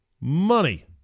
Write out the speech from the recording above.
money